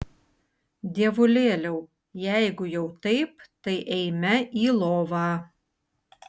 dievulėliau jeigu jau taip tai eime į lovą